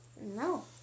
No